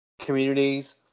communities